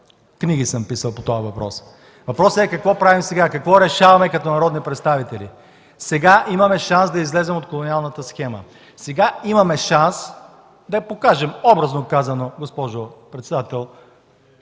Книги съм писал по този въпрос! Въпросът е: какво правим сега, какво решаваме като народни представители? Сега имаме шанс да излезем от колониалната схема, сега имаме шанс да покажем, образно казано, госпожо председател,